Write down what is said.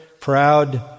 proud